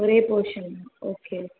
ஒரே portion okay okay